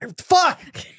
Fuck